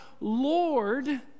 Lord